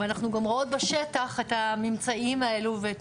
אנחנו גם רואות בשטח את הממצאים האלה ואת